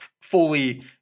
fully